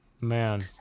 Man